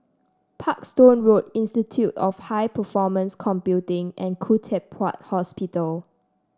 Parkstone Road Institute of High Performance Computing and Khoo Teck Puat Hospital